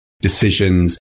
decisions